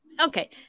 Okay